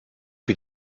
que